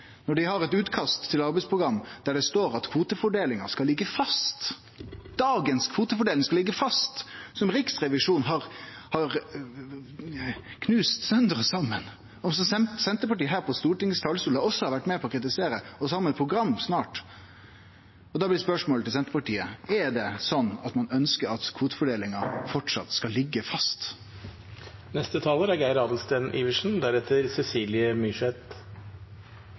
Når dei har eit utkast til arbeidsprogram der det står at kvotefordelinga skal liggje fast – at dagens kvotefordeling skal liggje fast – som Riksrevisjonen har knust sunder og saman, og som Senterpartiet her på Stortingets talarstol også har vore med på å kritisere, og så har ein eit program snart, da blir spørsmålet til Senterpartiet: Er det slik at ein ønskjer at kvotefordelinga framleis skal